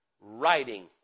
writing